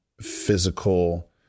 physical